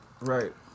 right